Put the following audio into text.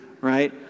right